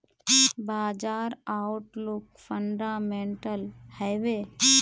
बाजार outlook fundamental हैवै?